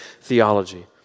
theology